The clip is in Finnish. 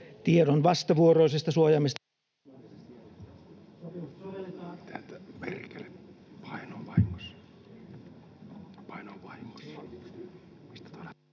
tiedon vastavuoroisesta suojaamisesta...